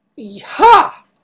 Ha